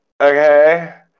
okay